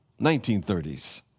1930s